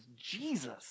Jesus